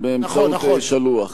כן, באמצעות שלוח.